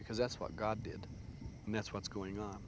because that's what god did and that's what's going on